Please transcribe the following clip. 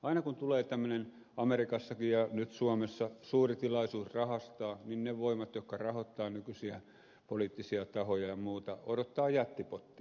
aina kun tulee tämmöinen amerikassakin ja nyt suomessa suuri tilaisuus rahastaa niin ne voimat jotka rahoittavat nykyisiä poliittisia tahoja ja muuta odottavat jättipottia